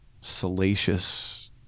salacious